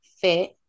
fit